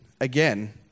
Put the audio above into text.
again